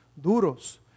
duros